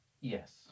Yes